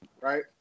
right